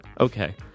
Okay